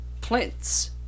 plinths